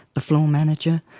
the floor manager,